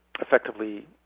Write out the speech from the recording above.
effectively